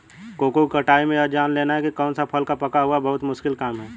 cocoa की कटाई में यह जान लेना की कौन सा फल पका हुआ है बहुत मुश्किल काम है